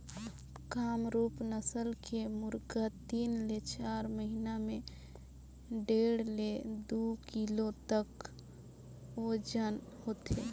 कामरूप नसल के मुरगा तीन ले चार महिना में डेढ़ ले दू किलो तक ओजन होथे